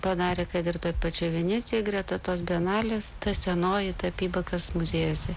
padarė kad ir toje pačioj venecijoje greta tos bienalės ta senoji tapyba kas muziejuose